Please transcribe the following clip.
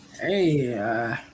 Hey